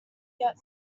yet